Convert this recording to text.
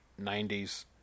90s